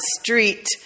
street